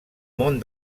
món